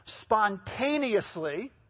spontaneously